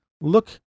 look